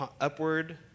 upward